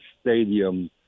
stadium